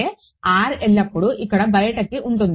r ఎల్లప్పుడూ ఇక్కడ బయట ఉంటుంది